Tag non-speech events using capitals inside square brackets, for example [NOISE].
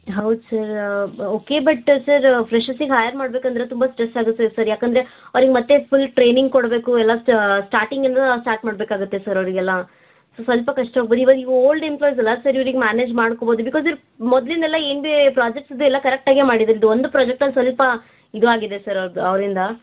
ಹೌದು sir okay but sir ಫ್ರೆಶರ್ಸಿಗೆ hire ಮಾಡಬೇಕಂದ್ರೆ ತುಂಬ ಸ್ಟ್ರೆಸ್ ಆಗುತ್ತೆ ಸರ್ ಯಾಕಂದರೆ ಅವ್ರಿಗೆ ಮತ್ತು ಫುಲ್ ಟ್ರೈನಿಂಗ್ ಕೊಡಬೇಕು ಎಲ್ಲ ಸ್ಟಾರ್ಟಿಂಗಿಂದ ಸ್ಟಾಟ್ ಮಾಡಬೇಕಾಗತ್ತೆ ಸರ್ ಅವರಿಗೆಲ್ಲ ಸೊ ಸ್ವಲ್ಪ ಕಷ್ಟ [UNINTELLIGIBLE] ಇವಾಗ ಈಗ ಓಲ್ಡ್ ಎಂಪ್ಲಾಯ್ಸೆಲ್ಲ ಸರ್ ಇವ್ರಿಗೆ ಮ್ಯಾನೇಜ್ ಮಾಡ್ಕೊಬೋದು ಬಿಕಾಸ್ ಇವ್ರು ಮೊದಲಿಂದೆಲ್ಲ ಏನು ಭಿ ಪ್ರಾಜೆಕ್ಟ್ಸ್ ಇದ್ದು ಎಲ್ಲ ಕರೆಕ್ಟಾಗೆ ಮಾಡಿದಾರೆ ಇದು ಒಂದು ಪ್ರಾಜೆಕ್ಟಲ್ಲಿ ಸ್ವಲ್ಪ ಇದು ಆಗಿದೆ ಸರ್ ಅವ್ರ್ದು ಅವರಿಂದ